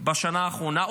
בשנה האחרונה,